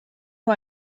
nur